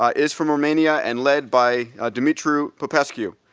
ah is from romania, and led by dumitru popescu.